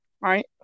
Right